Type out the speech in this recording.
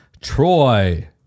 Troy